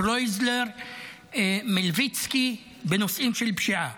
קרויזר ומלביצקי בנושאים של פשיעה.